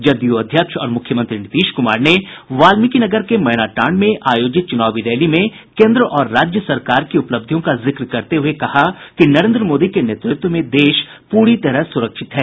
जदयू अध्यक्ष और मुख्यमंत्री नीतीश कुमार ने वाल्मिकीनगर के मैनाटांड़ में आयोजित चुनावी रैली में केन्द्र और राज्य सरकार की उपलब्धियों का जिक्र करते हुए कहा कि नरेन्द्र मोदी के नेतृत्व में देश पूरी तरह सुरक्षित है